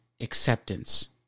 acceptance